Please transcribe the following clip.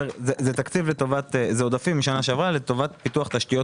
זה עודפים משנה שעברה לטובת פיתוח תשתיות